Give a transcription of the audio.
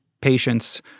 patients